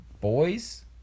boys